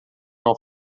não